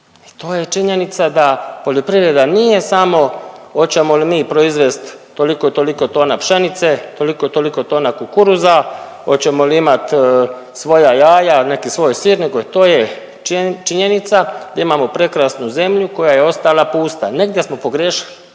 to je činjenica da poljoprivreda nije samo hoćemo li mi proizvest toliko i toliko tona pšenice, toliko i toliko tona kukuruza, hoćemo li imat svoja jaja, neki svoj sir nego to je činjenica da imamo prekrasnu zemlju koja je ostala pusta. Negdje smo pogriješili.